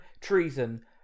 Treason